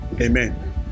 Amen